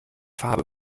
farbe